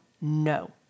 no